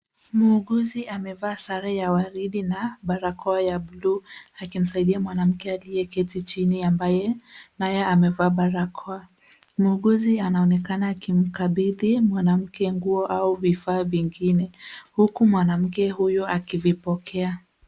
Muuguzi amevaa sare ya waridi na barakoa ya bluu akimsaidia mwanamke aliyeketi chini ambaye naye amevaa barakoa. Muuguzi anaonekana akimkabidhi mwanamke nguo au vifaa vingine huku mwanamke huyo akivipokea.